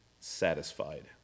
satisfied